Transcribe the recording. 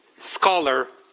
scholar,